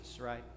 right